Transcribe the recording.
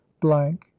blank